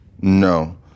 No